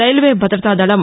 railway భద్రతా దళం